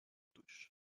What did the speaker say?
touche